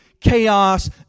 chaos